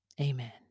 Amen